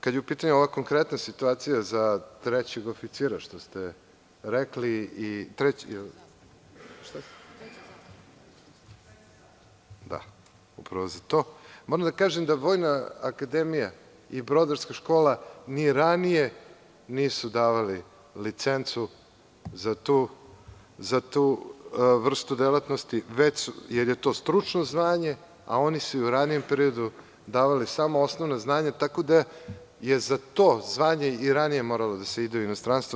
Kada je u pitanju ova konkretna situacija za trećeg oficira, što ste rekli, moram da kažem da Vojna akademija i Brodarska škola ni ranije nisu davali licencu za tu vrstu delatnosti, jer je to stručno znanje, a oni su i u ranijem periodu davali samo osnovna znanja, tako da je za to zvanje i ranije moralo da se ide u inostranstvo.